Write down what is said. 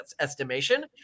estimation